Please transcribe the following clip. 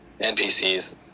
NPCs